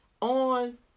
on